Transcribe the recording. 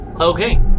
Okay